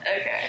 Okay